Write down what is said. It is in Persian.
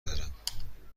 دارم